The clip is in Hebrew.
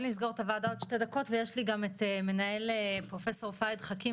לסגור את הוועדה עוד שתי דקות ויש לי גם את מנהל פרופסור פאהד חכים,